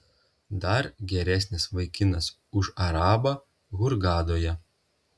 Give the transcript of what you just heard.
dar geresnis vaikinas už arabą hurgadoje